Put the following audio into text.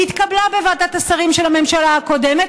היא התקבלה בוועדת השרים של הממשלה הקודמת,